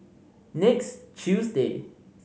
next Tuesday